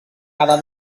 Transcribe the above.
cada